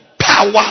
power